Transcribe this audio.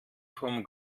vom